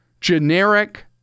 generic